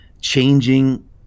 changing